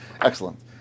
Excellent